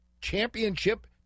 championship